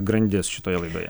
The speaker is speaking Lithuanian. grandis šitoje laidoje